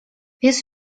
pies